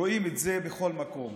רואים את זה בכל מקום,